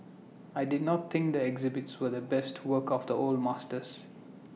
I did not think the exhibits were the best works of the old masters